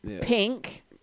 Pink